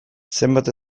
zenbat